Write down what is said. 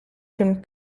film